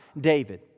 David